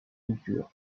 culture